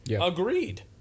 Agreed